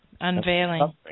Unveiling